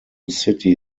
city